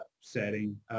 setting